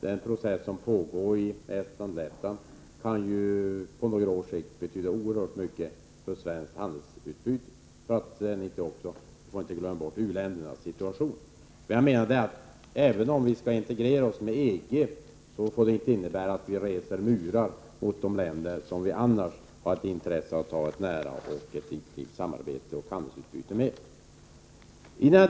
Den process som pågår i Estland och Lettland kan på några års sikt betyda oerhört mycket för svenskt handelsutbyte. Vi får inte heller glömma bort u-ländernas situation. Även om vi skall integrera oss med EG, så får det inte innebära att vi reser murar mot de länder som vi annars har ett intresse av att ha ett nära och intimt samarbete och handelsutbyte med.